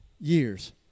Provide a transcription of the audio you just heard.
years